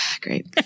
great